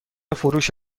فروش